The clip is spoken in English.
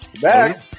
Back